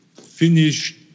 finished